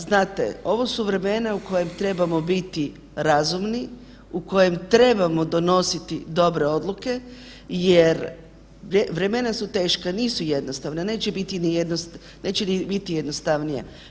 Znate, ovo su vremena u kojima trebamo biti razumni u kojem trebamo donositi dobre odluke jer vremena su teška, nisu jednostavna, neće ni biti jednostavnija.